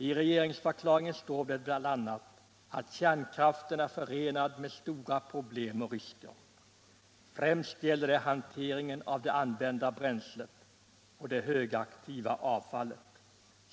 I regeringsförklaringen står det bl.a.: ”Kärnkraften är förenad med stora problem och risker. Främst gäller det hanteringen av det använda bränslet och det högaktiva avfallet.